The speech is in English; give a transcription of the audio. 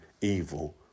evil